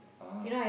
ah